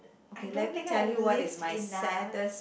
I don't think I've lived enough